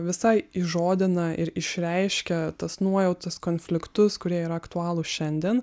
visai įžodina ir išreiškia tas nuojautas konfliktus kurie yra aktualūs šiandien